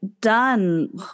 done